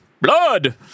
blood